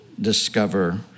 discover